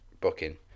booking